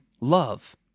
love